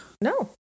no